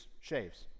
shaves